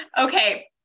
Okay